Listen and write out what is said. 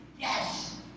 Yes